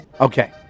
Okay